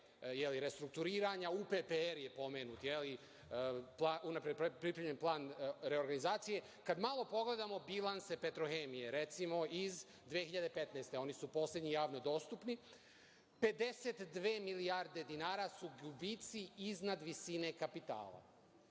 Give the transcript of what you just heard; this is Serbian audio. restrukturiranja, UPPR je pomenut, unapred pripremljen plan reorganizacije. Kada malo pogledamo bilanse „Petrohemije“ iz 2015. godine, oni su poslednji javno dostupni, 52 milijarde dinara su gubici iznad visine kapitala,